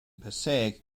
passaic